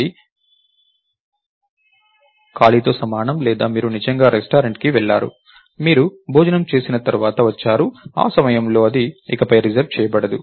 అది ఖాళీ తో సమానం లేదా మీరు నిజంగానే రెస్టారెంట్కి వెళ్ళారు మీరు భోజనం చేసి తిరిగి వచ్చారు ఆ సమయంలో అది ఇకపై రిజర్వ్ చేయబడదు